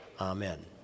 Amen